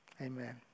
amen